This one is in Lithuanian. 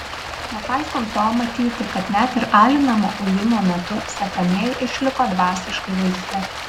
nepaisant to matyti kad net ir alinamo ujimo metu sekamieji išliko dvasiškai laisvi